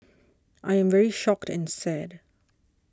I am very shocked and sad